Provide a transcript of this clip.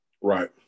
Right